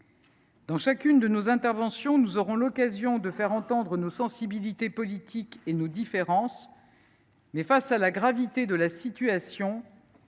Dans chacune de nos interventions, nous aurons l’occasion de faire entendre nos sensibilités politiques et nos différences. Mais face à la gravité de la situation,